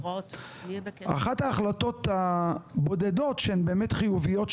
אחת ההחלטות הבודדות שהן באמת חיוביות,